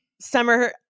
summer